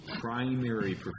primary